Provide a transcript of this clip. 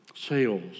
Sales